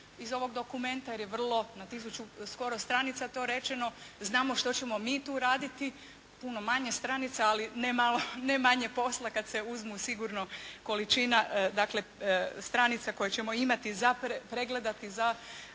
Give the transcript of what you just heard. iz ovog dokumenta jer je vrlo, na tisuću skoro stranica to rečeno. Znamo što ćemo mi tu raditi, puno manje stranica, ali ne manje posla kada se uzmu sigurno količina, dakle stranica koje ćemo imati za pregledati, za